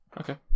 Okay